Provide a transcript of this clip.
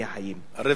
אל-רפק באל-חיואן.